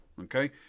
okay